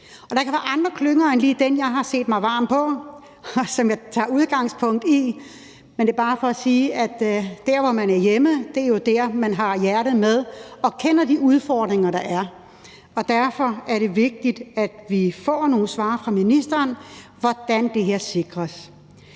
Der kan være andre klynger end lige den, jeg har set mig varm på, og som jeg tager udgangspunkt i, men det er bare for at sige, at der, hvor man er hjemme, jo er der, man har hjertet med og kender de udfordringer, der er. Derfor er det vigtigt, at vi får nogle svar fra ministeren på, hvordan det her sikres.